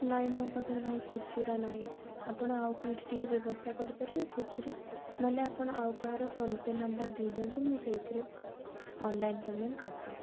ନାହିଁ ମୋ ପାଖରେ ଭାଇ ଖୁଚୁରା ନାହିଁ ଆପଣ ଆଉ କେଉଁଠି ଟିକେ ବ୍ୟବସ୍ଥା କରିପାରିବେ ଖୁଚୁରା ନହଲେ ଆପଣ ଆଉ କାହାର ଫୋନପେ ନମ୍ବର ଦେଇଦିଅନ୍ତୁ ମୁଁ ସେଇଥିରେ ଅନଲାଇନ ପେମେଣ୍ଟ କରିଦେବି